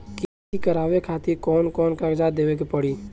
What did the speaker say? KYC करवावे खातिर कौन कौन कागजात देवे के पड़ी?